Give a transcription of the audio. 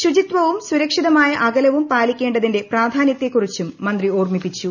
ശുചിത്വവും സുരക്ഷിതമായ അകലവും പാലിക്കേണ്ടതിന്റെ പ്രാധാന്യത്തെക്കുറിച്ചും മന്ത്രി ഓർമ്മിപ്പിച്ചു